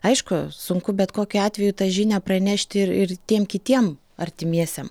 aišku sunku bet kokiu atveju tą žinią pranešti ir ir tiem kitiem artimiesiem